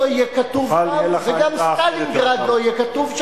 לא יהיה כתוב וגם "סטלינגרד" לא יהיה כתוב.